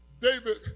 David